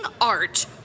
art